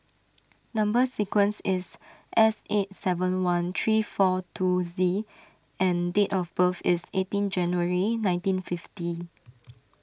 Number Sequence is S eight seven one three four two Z and date of birth is eighteen January nineteen fifty